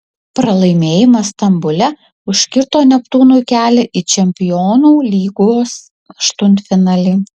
pralaimėjimas stambule užkirto neptūnui kelią į čempionų lygos aštuntfinalį